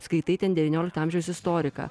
skaitai ten devyniolikto amžiaus istoriką